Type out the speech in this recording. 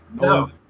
No